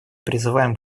призываем